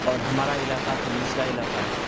اور ہمارا علاقہ تھوڑا نچلا علاقہ ہے